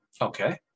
Okay